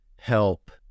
help